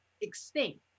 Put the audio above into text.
extinct